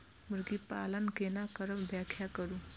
मुर्गी पालन केना करब व्याख्या करु?